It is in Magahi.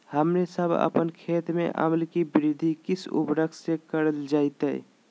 हमने सब अपन खेत में अम्ल कि वृद्धि किस उर्वरक से करलजाला?